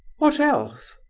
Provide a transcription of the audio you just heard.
what else?